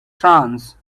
trance